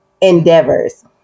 endeavors